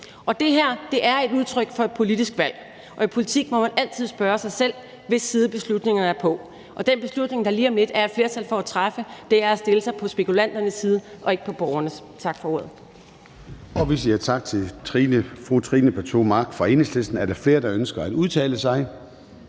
Og det her er et udtryk for et politisk valg, og i politik må man altid spørge sig selv, hvis side beslutningerne er på, og den beslutning, der lige om lidt er et flertal for at træffe, er at stille sig på spekulanternes side og ikke på borgernes. Tak for ordet.